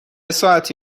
ساعتی